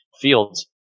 fields